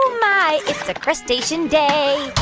oh, my, it's a crustacean day.